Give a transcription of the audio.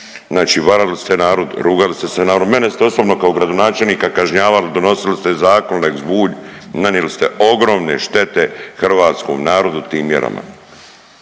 Znači varali ste narod, rugali ste se narodu. Mene ste osobno kao gradonačelnika kažnjavali donosili ste zakone lex Bulj nanijeli ste ogromne štete hrvatskom narodu tim mjerama,